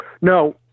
No